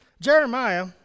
Jeremiah